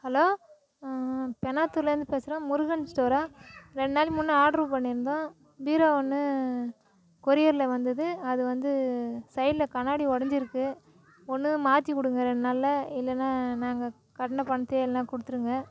hello பெனாத்துரில் இருந்து பேசுகிறேன் முருகன் ஸ்டோரா ரெண்டு நாள் முன்ன ஆர்டர் பண்ணி இருந்தோம் பீரோ ஒன்று கொரியரில் வந்தது அது வந்து சைடில் கண்ணாடி உடைஞ்சிருக்கு ஒன்று மாற்றி கொடுங்கள் ரெண்டு நாளில் இல்லைனா நாங்கள் கட்டின பணத்தை எல்லாம் கொடுத்துருங்கள்